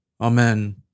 Amen